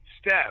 step